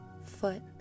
foot